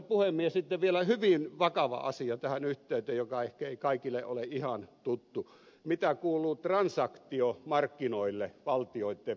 sitten vielä hyvin vakava asia tähän yhteyteen joka ehkei kaikille ole ihan tuttu mitä kuuluu transaktiomarkkinoille valtioitten välillä